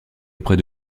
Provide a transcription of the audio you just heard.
auprès